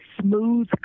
smooth